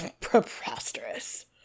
preposterous